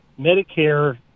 medicare